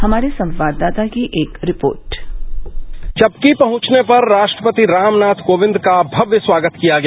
हमारे संवाददाता की एक रिपोर्ट चपकी पहुंचने पर राष्ट्रपति रामनाथ कोविंद का भव्य स्वागत किया गया